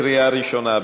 בקריאה ראשונה,